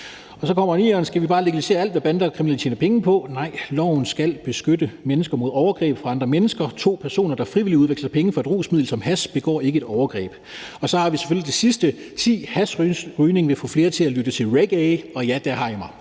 moralsk forkert. 8) Skal vi bare legalisere alt, hvad bander og kriminelle tjener penge på? Nej, loven skal beskytte mennesker mod overgreb fra andre mennesker, og to personer, der frivilligt udveksler penge for et rusmiddel som hash, begår ikke et overgreb. Så har vi selvfølgelig det sidste punkt: 9) Hashrygningen vil få flere til at lytte til reggae. Og ja, der har I mig.